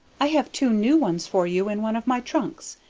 i have two new ones for you in one of my trunks!